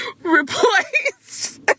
replaced